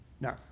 No